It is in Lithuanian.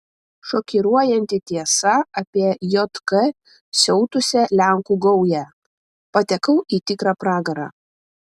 šokiruojanti tiesa apie jk siautusią lenkų gaują patekau į tikrą pragarą